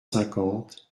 cinquante